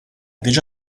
diġà